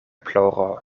ploro